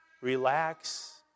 relax